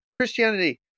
Christianity